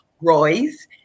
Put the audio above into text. Royce